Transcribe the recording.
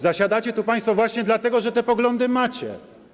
Zasiadacie tu Państwo właśnie dlatego, że te poglądy macie.